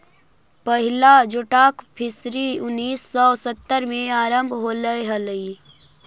पहिला जोटाक फिशरी उन्नीस सौ सत्तर में आरंभ होले हलइ